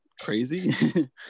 crazy